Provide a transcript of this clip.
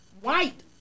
white